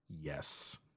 Yes